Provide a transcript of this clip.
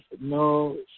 no